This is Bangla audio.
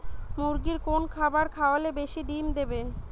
মুরগির কোন খাবার খাওয়ালে বেশি ডিম দেবে?